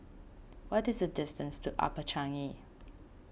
what is the distance to Upper Changi